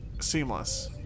Seamless